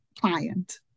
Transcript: client